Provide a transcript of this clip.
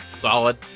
Solid